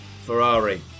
Ferrari